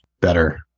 better